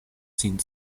sin